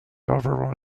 overall